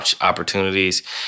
opportunities